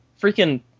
freaking